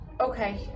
Okay